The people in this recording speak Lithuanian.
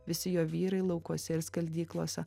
visi jo vyrai laukuose ir skaldyklose